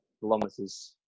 kilometers